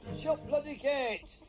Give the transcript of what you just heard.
shut bloody gate!